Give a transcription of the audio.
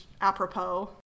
apropos